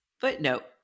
Footnote